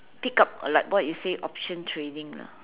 pick up like what you say option trading lah ah